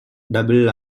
doubled